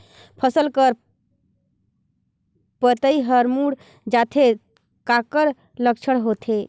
फसल कर पतइ हर मुड़ जाथे काकर लक्षण होथे?